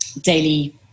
daily